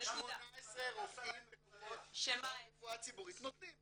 רופאים בקופות ברפואה הציבורית נותנים.